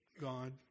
God